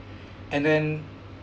and then